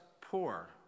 poor